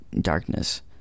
darkness